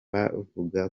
bavuga